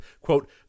quote